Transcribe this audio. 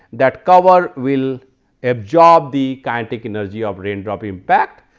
that cover will absorb the kinetic energy of raindrop impact.